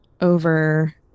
over